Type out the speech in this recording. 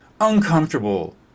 uncomfortable